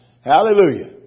Hallelujah